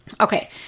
Okay